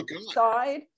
side